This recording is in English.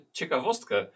ciekawostkę